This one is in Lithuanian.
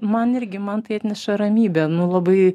man irgi man tai atneša ramybę nu labai